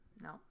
no